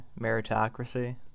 meritocracy